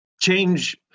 Change